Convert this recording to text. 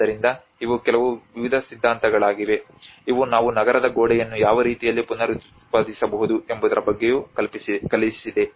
ಆದ್ದರಿಂದ ಇವು ಕೆಲವು ವಿವಿಧ ಸಿದ್ಧಾಂತಗಳಾಗಿವೆ ಇವು ನಾವು ನಗರದ ಗೋಡೆಯನ್ನು ಯಾವ ರೀತಿಯಲ್ಲಿ ಪುನರುತ್ಪಾದಿಸಬಹುದು ಎಂಬುದರ ಬಗ್ಗೆಯೂ ಕಲಿಸಿದೆ